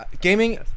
gaming